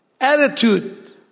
attitude